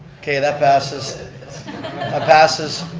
okay, that passes. that ah passes.